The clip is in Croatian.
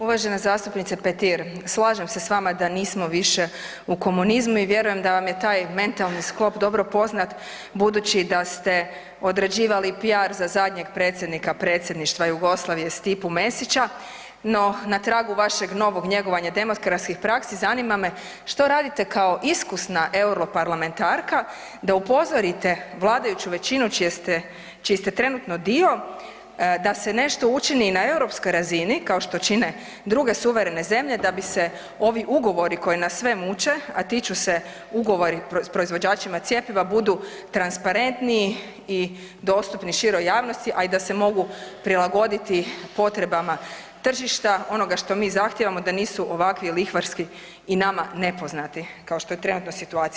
Uvažena zastupnice Petir, slažem se s vama da nismo više u komunizmu i vjerujem da vam je taj mentalni sklop dobro poznat budući da ste određivali PR za zadnjem predsjednika Predsjedništva Jugoslavije Stipu Mesića, no na tragu vašeg novog njegovanja demokratskih praksi, zanima me, što radite kao iskusna europarlamentarka da upozorite vladajuću većinu čiji ste trenutni dio da se nešto učini i na europskoj razini, kao što čine druge suverene zemlje da bi se ovi ugovori koji nas sve muče, a tiču se ugovori proizvođačima cjepiva budu transparentniji i dostupni široj javnosti, a i da se mogu prilagoditi potrebama tržišta, onoga što mi zahtijevamo, da nisu ovakvi lihvarski i nama nepoznati kao što je trenutno situacija?